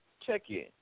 check-in